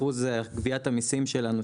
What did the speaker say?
ככל כאחוז גביית המיסים שלנו,